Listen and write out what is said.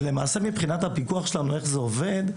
ולמעשה מבחינת הפיקוח שלנו איך זה עובד,